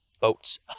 boats